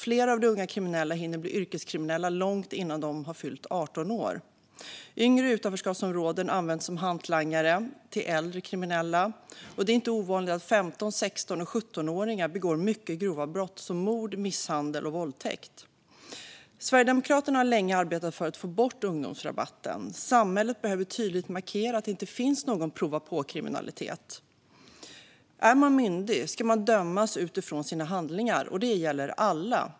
Flera av de unga kriminella hinner bli yrkeskriminella långt innan de har fyllt 18 år. Yngre i utanförskapsområden används som hantlangare till äldre kriminella, och det är inte ovanligt att 15, 16 och 17-åringar begår mycket grova brott, som mord, misshandel och våldtäkt. Sverigedemokraterna har länge arbetat för att få bort ungdomsrabatten. Samhället behöver tydligt markera att det inte finns något sådant som prova på-kriminalitet. Är man myndig ska man dömas utifrån sina handlingar, och det gäller alla.